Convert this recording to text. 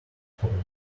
folder